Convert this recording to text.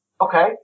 Okay